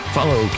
Follow